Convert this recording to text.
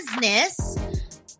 business